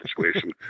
situation